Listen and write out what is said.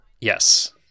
Yes